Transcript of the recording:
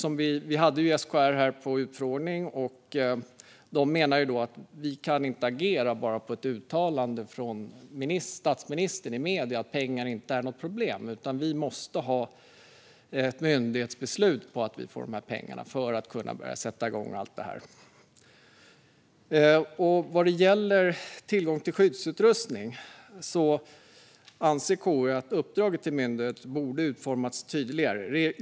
När vi hade SKR här på utfrågning menade de att de inte kunde agera bara på ett uttalande i medierna från statsministern om att pengar inte var något problem. Vi måste ha ett myndighetsbeslut på att vi får de här pengarna för att kunna börja sätta igång allt det här, sa de. När det gäller tillgång till skyddsutrustning anser KU att uppdraget till myndigheterna borde ha utformats tydligare.